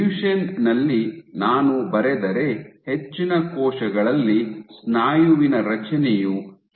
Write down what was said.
Duchenne ನಲ್ಲಿ ಹೆಚ್ಚಿನ ಕೋಶಗಳಲ್ಲಿ ಸ್ನಾಯುವಿನ ರಚನೆಯು ಹೀಗಿರುತ್ತದೆ